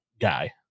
guy